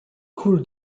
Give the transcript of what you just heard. coule